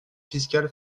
fiscal